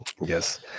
Yes